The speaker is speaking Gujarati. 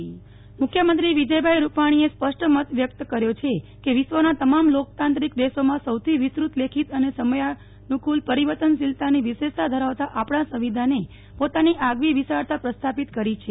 નેહ્લ ઠક્કર મુખ્યમંત્રી સંવિધાન દિવસ મુખ્યમંત્રી વિજય રૂપાણીએ સ્પષ્ટ મત વ્યકત કર્યો છે કે વિશ્વના તમામ લોકતાંત્રિક દેશોમાં સૌથી વિસ્તૃત લેખિત અને સમયાનુકુલ પરિવર્તનશીલતાની વિશેષતા ધરાવતા આપણા સંવિધાને પોતાની આગવી વિશાળતા પ્રસ્થાપિત કરી છે